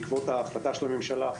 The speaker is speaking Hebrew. בעקבות החלטת הממשלה,